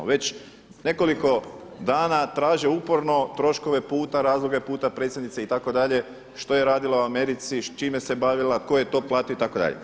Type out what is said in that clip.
Već nekoliko dana traže uporno troškove puta, razloge puta predsjednice itd. što je radila u Americi, s čime se bavila, ko je to platio itd.